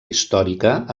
històrica